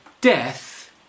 death